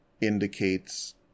indicates